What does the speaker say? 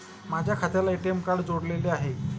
माझ्या खात्याला ATM card जोडलेले आहे